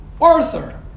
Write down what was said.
Arthur